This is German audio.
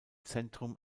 zentrum